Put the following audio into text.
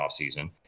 offseason